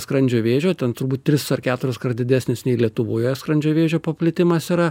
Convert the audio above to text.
skrandžio vėžio ten turbūt tris ar keturiskart didesnis nei lietuvoje skrandžio vėžio paplitimas yra